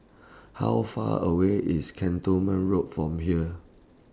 How Far away IS Cantonment Road from here